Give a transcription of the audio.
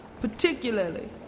particularly